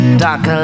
dark